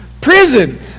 Prison